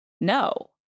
No